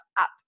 up